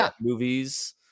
movies